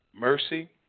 mercy